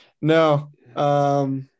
No